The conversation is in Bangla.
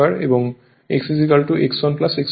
এবং X X1 X2 হয়